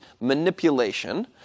manipulation